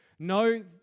No